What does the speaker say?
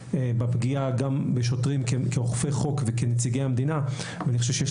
בפגיעה בשוטרים גם כאוכפי חוק וגם כנציגי המדינה ואני חושב שיש